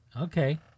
Okay